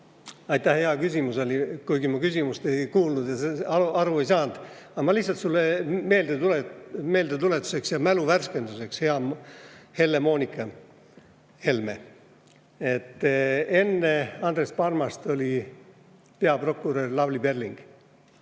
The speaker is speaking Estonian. Aitäh! Hea küsimus oli, kuigi ma küsimust ei kuulnud või sellest aru ei saanud. Aga lihtsalt [üks asi] sulle meeldetuletuseks ja mälu värskenduseks, hea Helle-Moonika Helme. Enne Andres Parmast oli peaprokurör Lavly Perling.